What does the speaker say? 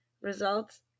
results